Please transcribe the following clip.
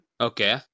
Okay